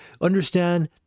understand